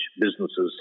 businesses